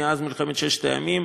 מאז מלחמת ששת הימים,